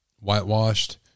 whitewashed